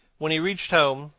when he reached home,